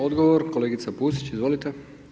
Odgovor, kolegica Pusić, izvolite.